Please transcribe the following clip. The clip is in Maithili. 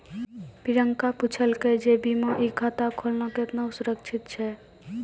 प्रियंका पुछलकै जे ई बीमा खाता खोलना केतना सुरक्षित छै?